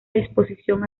disposición